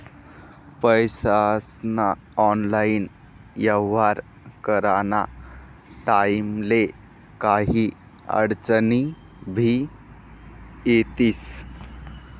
पैसास्ना ऑनलाईन येव्हार कराना टाईमले काही आडचनी भी येतीस